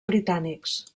britànics